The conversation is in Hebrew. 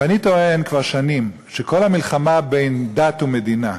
ואני טוען כבר שנים שכל המלחמה בין דת למדינה,